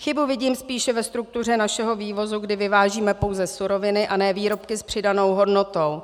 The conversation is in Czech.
Chybu vidím spíše ve struktuře našeho vývozu, kdy vyvážíme pouze suroviny a ne výrobky s přidanou hodnotou.